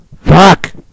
Fuck